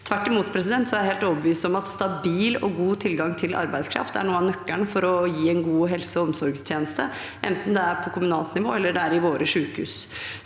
Tvert imot er jeg helt overbevist om at stabil og god tilgang til arbeidskraft er noe av nøkkelen for å gi en god helse- og omsorgstjeneste, enten det er på kommunalt nivå eller det er i våre sykehus.